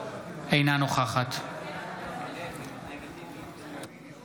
אינה נוכחת מזכיר הכנסת,